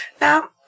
Now